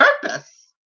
purpose